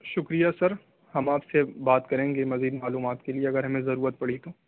شکریہ سر ہم آپ سے بات کریں گے مزید معلومات کے لیے اگر ہمیں ضرورت پڑی تو